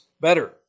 better